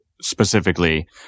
specifically